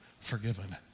forgiven